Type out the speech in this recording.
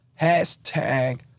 hashtag